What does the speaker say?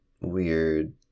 weird